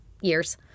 years